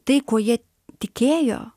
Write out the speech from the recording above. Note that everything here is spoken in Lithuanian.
tai kuo jie tikėjo